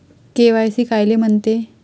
KYC कायले म्हनते?